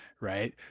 Right